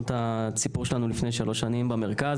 את הסיפור שלנו לפני שלוש שנים במרכז.